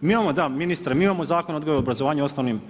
Mi imamo da ministre, mi imamo Zakon o odgoju i obrazovanju u osnovnim